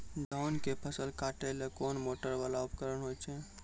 धान के फसल काटैले कोन मोटरवाला उपकरण होय छै?